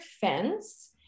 fence